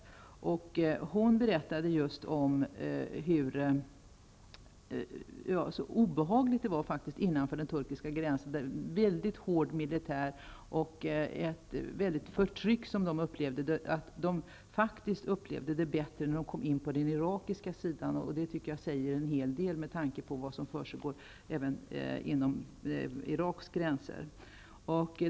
Sekreteraren berättade hur obehagligt det var innanför den turkiska gränsen med en mycket hård militär, och de upplevde ett hårt förtryck. De tyckte att det kändes bättre när de kom in på den irakiska sidan, vilket jag tycker säger en hel del med tanke på vad som försiggår inom Iraks gränser.